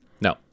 No